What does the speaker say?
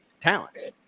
talents